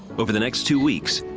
over the next two weeks,